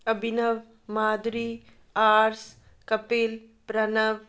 ਅਭਿਨਵ ਮਾਧੁਰੀ ਆਰਸ ਕਪਿਲ ਪ੍ਰਨਵ